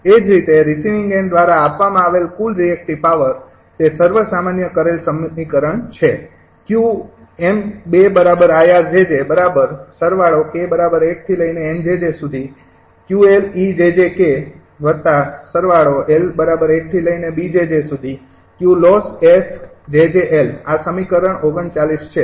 એ જ રીતે receiving end દ્વારા આપવામાં આવેલ કુલ રિએક્ટિવ પાવર તે સર્વસામાન્ય કરેલ સમીકરણ છે આ સમીકરણ ૩૯ છે